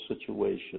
situation